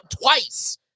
twice